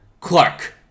Clark